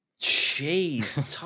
Jeez